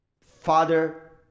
father